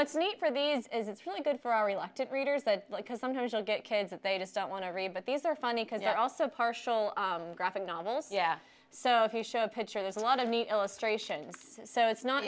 what's neat for these is it's really good for our reluctant readers that because sometimes you'll get kids that they just don't want to read but these are funny because they're also partial graphic novels yeah so if you show a picture there's a lot of neat illustrations so it's not